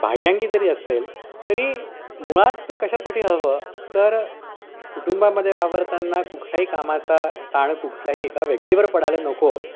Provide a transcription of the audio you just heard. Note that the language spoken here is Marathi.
बाह्यांगी जरी असेल तरी मुळात ते कशासाठी हवं तर कुटुंबामध्ये वावरताना कुठल्याही कामाचा ताण कुठल्याही एका व्यक्तीवर पडायला नको